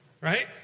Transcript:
Right